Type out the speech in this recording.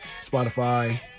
Spotify